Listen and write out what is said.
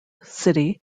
city